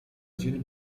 dzień